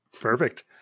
Perfect